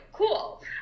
cool